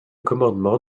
commandement